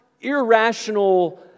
irrational